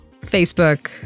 facebook